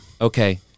okay